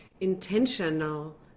intentional